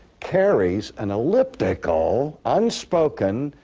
carries an elliptical, unspoken,